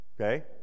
Okay